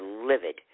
livid